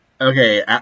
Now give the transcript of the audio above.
Okay